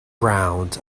ground